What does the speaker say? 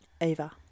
Ava